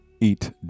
eat